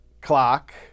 clock